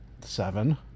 seven